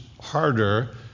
harder